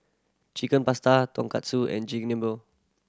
Chicken Pasta Tonkatsu and